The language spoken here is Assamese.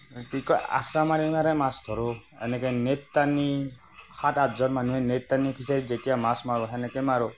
কি কয় আছৰা মাৰি মাৰি মাছ ধৰোঁ এনেকৈ নেট টানি সাত আঠজন মানুহে নেট টানি ফিচাৰীত যেতিয়া মাছ মাৰোঁ তেনেকৈ মাৰোঁ